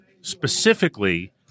specifically